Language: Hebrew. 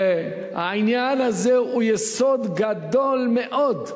והעניין הזה הוא יסוד גדול מאוד.